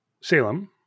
Salem